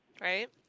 right